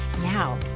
Now